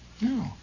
No